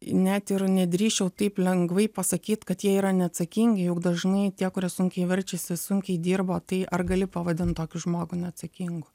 net ir nedrįsčiau taip lengvai pasakyt kad jie yra neatsakingi juk dažnai tie kurie sunkiai verčiasi sunkiai dirbo tai ar gali pavadint tokį žmogų neatsakingu